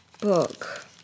book